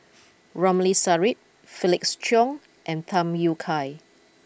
Ramli Sarip Felix Cheong and Tham Yui Kai